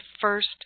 first